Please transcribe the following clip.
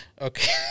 Okay